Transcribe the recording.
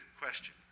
question